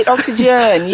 Oxygen